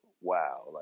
wow